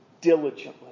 diligently